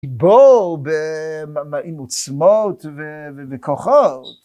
בור ב... עם עוצמות וכוחות